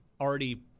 already